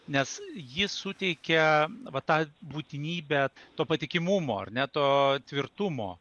nes ji suteikia va tą būtinybę to patikimumo ar ne to tvirtumo